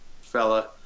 fella